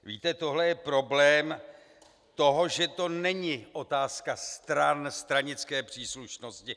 Víte, tohle je problém toho, že to není otázka stran, stranické příslušnosti.